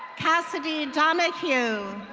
cassidy donahue.